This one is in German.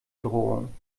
drohung